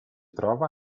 trova